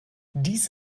dies